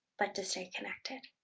but to stay connected.